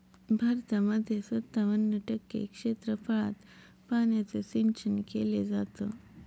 भारतामध्ये सत्तावन्न टक्के क्षेत्रफळात पाण्याचं सिंचन केले जात